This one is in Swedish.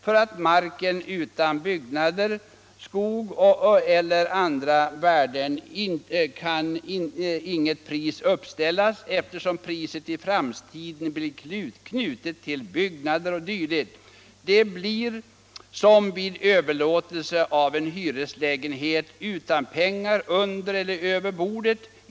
För mark utan byggnader, skog eller andra värden kan inget pris uppställas eftersom priset i framtiden blir knutet till byggnader o. d. Det blir som vid överlåtelsen av en hyreslägenhet utan pengar under eller över bordet.